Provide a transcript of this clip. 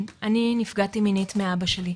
אני נפגעתי מינית מאבא שלי,